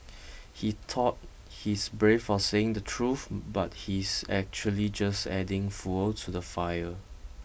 he thought he's brave for saying the truth but he's actually just adding fuel to the fire